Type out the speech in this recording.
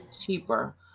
cheaper